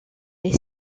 les